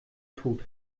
tut